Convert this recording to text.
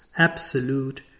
absolute